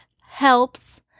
Helps